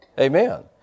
Amen